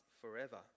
forever